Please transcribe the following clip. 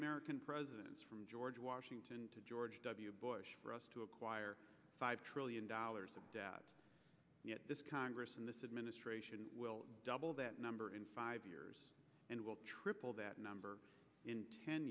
american presidents from george washington to george w bush for us to acquire five trillion dollars of debt yet this congress and this administration will double that number in five years and will triple that number in ten